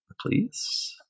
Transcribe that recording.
please